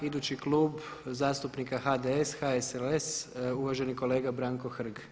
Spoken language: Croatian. Idući Klub zastupnika HDS-HSLS uvaženi kolega Branko Hrg.